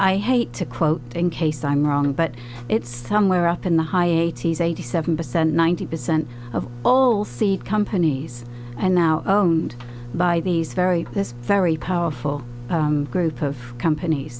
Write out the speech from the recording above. i hate to quote in case i'm wrong but it's somewhere up in the high eighty's eighty seven percent ninety percent of all seed companies and now by these very this very powerful group of companies